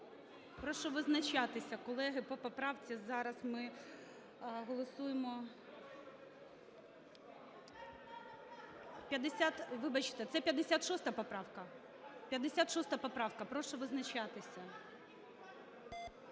Прошу визначатися, колеги, по поправці зараз ми голосуємо… Вибачте, це 56 поправка? 56 поправка, прошу визначатися.